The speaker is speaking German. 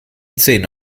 zähne